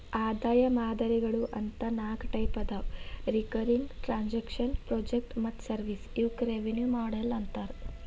ಆದಾಯ ಮಾದರಿಗಳು ಅಂತ ನಾಕ್ ಟೈಪ್ ಅದಾವ ರಿಕರಿಂಗ್ ಟ್ರಾಂಜೆಕ್ಷನ್ ಪ್ರಾಜೆಕ್ಟ್ ಮತ್ತ ಸರ್ವಿಸ್ ಇವಕ್ಕ ರೆವೆನ್ಯೂ ಮಾಡೆಲ್ ಅಂತಾರ